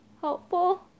helpful